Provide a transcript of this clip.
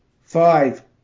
five